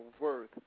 worth